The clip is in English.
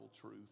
truth